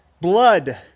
Blood